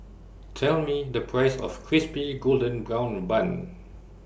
Tell Me The Price of Crispy Golden Brown Bun